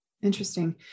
Interesting